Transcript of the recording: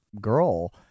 girl